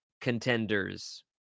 contenders